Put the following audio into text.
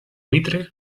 mitre